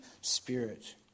Spirit